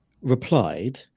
replied